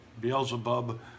Beelzebub